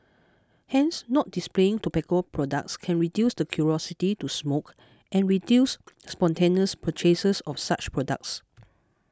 hence not displaying tobacco products can reduce the curiosity to smoke and reduce spontaneous purchases of such products